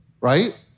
right